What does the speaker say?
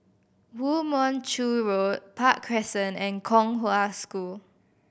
Woo Mon Chew Road Park Crescent and Kong Hwa School